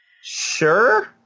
Sure